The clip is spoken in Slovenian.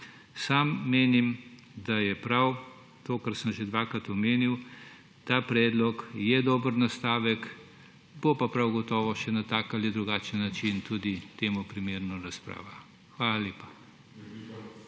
Sam menim, da je prav to, kar sem že dvakrat omenil, ta predlog je dober nastavek, bo pa prav gotovo še na tak ali drugačen način tudi temu primerna razprava. Hvala lepa.